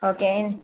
okay N